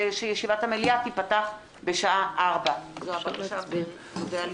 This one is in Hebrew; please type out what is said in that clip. וכן שישיבת המליאה תיפתח בשעה 16:00. זו הבקשה לאישור.